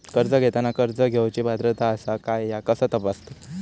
कर्ज घेताना कर्ज घेवची पात्रता आसा काय ह्या कसा तपासतात?